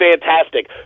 fantastic